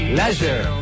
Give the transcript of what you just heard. leisure